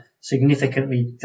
significantly